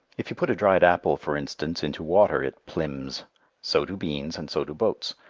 if you put a dried apple, for instance, into water it plymms so do beans, and so do boats.